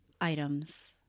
items